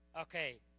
okay